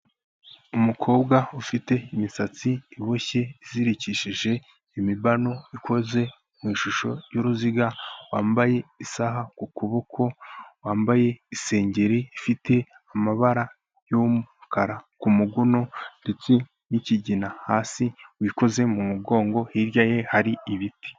Umukobwa ufite imisatsi iboshye, izirikishije imibano, ikoze mu ishusho y'uruziga, wambaye isaha ku kuboko, wambaye isengeri ifite amabara y'umukara ku muguno, ndetse n'ikigina hasi, wikoze mu mugongo, hirya ye hari ibiti.